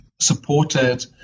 supported